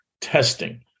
testing